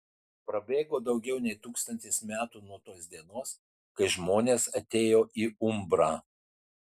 prabėgo daugiau nei tūkstantis metų nuo tos dienos kai žmonės atėjo į umbrą